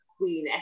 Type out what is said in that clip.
Queen